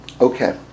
Okay